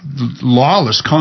lawless